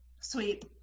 sweet